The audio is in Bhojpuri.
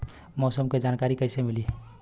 मौसम के जानकारी कैसे मिली?